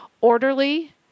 orderly